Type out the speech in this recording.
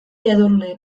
edurne